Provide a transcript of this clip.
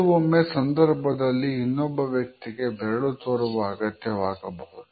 ಕೆಲವೊಮ್ಮೆ ಸಂದರ್ಭದಲ್ಲಿ ಇನ್ನೊಬ್ಬ ವ್ಯಕ್ತಿಗೆ ಬೆರಳು ತೋರುವ ಅಗತ್ಯವಾಗಬಹುದು